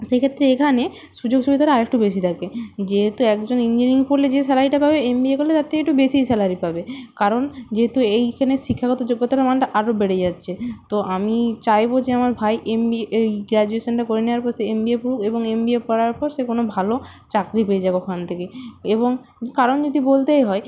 সেক্ষেত্রে এখানে সুযোগ সুবিধাটা আরেকটু বেশি থাকে যেহেতু একজন ইঞ্জিনিয়ারিং পড়লে যে স্যালারিটা পাবে এম বি এ করলে তার থেকে একটু বেশিই স্যালারি পাবে কারণ যেহেতু এইখানে শিক্ষাগত যোগ্যতার মানটা আরও বেড়ে যাচ্ছে তো আমি চাইবো যে আমার ভাই এমবিএ এই গ্রাজুয়েশানটা করে নেয়ার পর সে এম বি এ পড়ুক এবং এম বি এ পড়ার পর সে কোনো ভালো চাকরি পেয়ে যাক ওখান থেকে এবং কারণ যদি বলতেই হয়